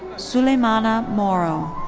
sulemana moro.